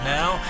now